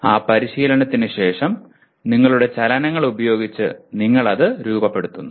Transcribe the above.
ആ പരിശീലനത്തിന് ശേഷം നിങ്ങളുടെ ചലനങ്ങൾ ഉപയോഗിച്ച് നിങ്ങൾ അത് രൂപപ്പെടുത്തുന്നു